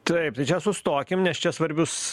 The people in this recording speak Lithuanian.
taip tai čia sustokim nes čia svarbius